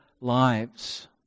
lives